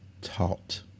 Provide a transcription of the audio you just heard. taught